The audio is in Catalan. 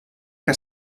que